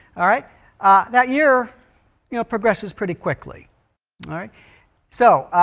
all right that year you know progress is pretty quickly all right so